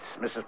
Mrs